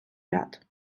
ряд